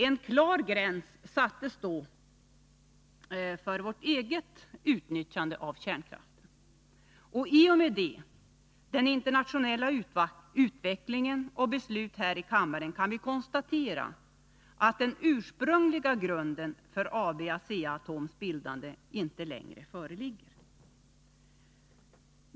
En klar gräns sattes då för vårt eget utnyttjande av kärnkraften. I och med detta, den internationella utvecklingen och beslut här i kammaren, kan vi konstatera att den ursprungliga grunden för AB Asea-Atoms bildande inte längre föreligger.